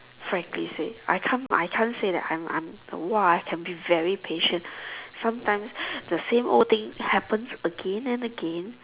frankly say I can't I can't say that I'm I'm !wah! I can be very patient sometimes the same old thing happens again and again